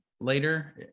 later